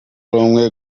rumwe